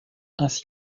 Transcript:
ainsi